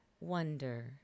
wonder